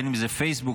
אם זה פייסבוק,